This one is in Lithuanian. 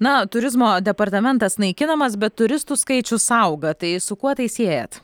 na turizmo departamentas naikinamas bet turistų skaičius auga tai su kuo tai siejat